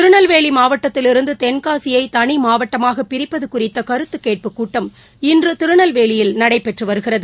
திரநெல்வேலி மாவட்டத்திவிருந்து தென்காசியை தனி மாவட்டமாக பிரிப்பது குறித்த கருத்து கேட்புக் கூட்டம் இன்று திருநெல்வேலியில் நடைபெற்று வருகிறது